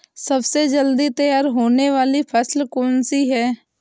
सबसे जल्दी तैयार होने वाली फसल कौन सी है?